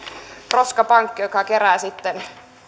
roskapankki joka kerää sitten